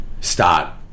start